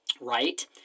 Right